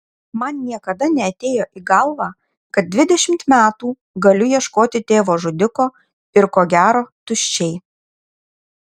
man niekada neatėjo į galvą kad dvidešimt metų galiu ieškoti tėvo žudiko ir ko gero tuščiai